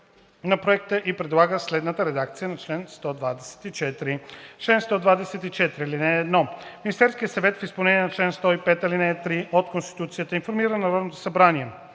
на Проекта и предлага следната редакция на чл. 124: „Чл. 124. (1) Министерският съвет, в изпълнение на чл. 105, ал. 3 от Конституцията, информира Народното събрание: